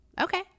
Okay